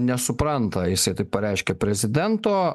nesupranta jisai taip pareiškė prezidento